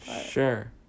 Sure